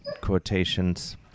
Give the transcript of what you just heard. quotations